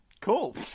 cool